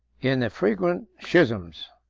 in the frequent schisms,